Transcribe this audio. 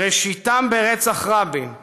שראשיתם ברצח רבין,